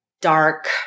dark